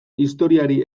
historiari